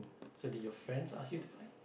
so did your friends ask you to fight